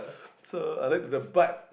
so I like to the but